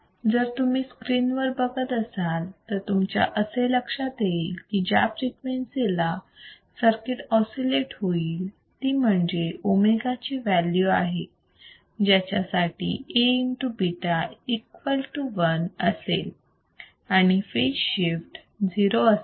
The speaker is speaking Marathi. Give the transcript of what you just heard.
जर तुम्ही स्क्रीनवर बघत असाल तर तुमच्या असे लक्षात येईल की ज्या फ्रिक्वेन्सी ला सर्किट ऑसिलेट होईल ती म्हणजे ओमेगा ची व्हॅल्यू आहे ज्याच्यासाठी Aβ 1 असेल आणि फेज शिफ्ट 0 असेल